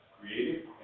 creative